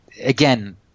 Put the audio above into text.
again